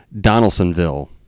Donaldsonville